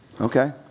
Okay